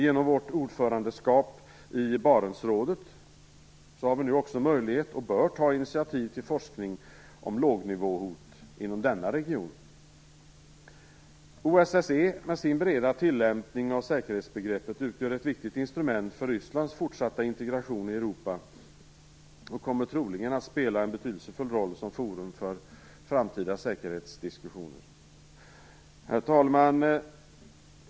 Genom vårt ordförandeskap i Barentsrådet har vi nu också möjlighet och bör ta initiativ till forskning om lågnivåhot inom denna region. OSSE med sin breda tillämpning av säkerhetsbegreppet utgör ett viktigt instrument för Rysslands fortsatt integration i Europa och kommer troligen att spela en betydelsefull roll som forum för framtida säkerhetsdiskussioner. Herr talman!